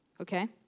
okay